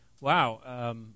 wow